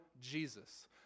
Jesus